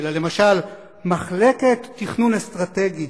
אלא למשל מחלקת תכנון אסטרטגי,